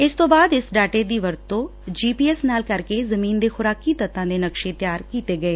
ਇਸਤੋ ਬਾਅਦ ਇਸ ਡਾਟੇ ਦੀ ਵਰਤੋ ਜੀਪੀਐਸ ਨਾਲ ਕਰਕੇ ਜਮੀਨ ਦੇ ਖੁਰਾਕੀ ਤੱਤਾਂ ਦੇ ਨਕਸ਼ੇ ਤਿਆਰ ਕੀਤੇ ਗਏ